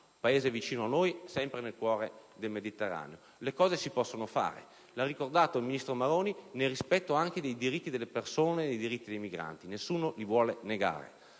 Paese vicino a noi, sempre nel cuore del Mediterraneo. Le cose si possono fare, come ha ricordato il ministro Maroni, nel rispetto anche dei diritti delle persone, dei diritti dei migranti; nessuno li vuole negare.